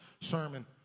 sermon